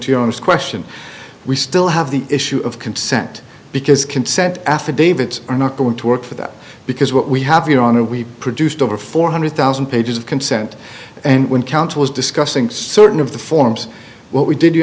honor's question we still have the issue of consent because consent affidavits are not going to work for that because what we have your honor we produced over four hundred thousand pages of consent and one count was discussing certain of the forms what we did you